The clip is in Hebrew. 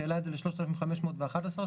שהעלה את זה ל-3,511 שקלים.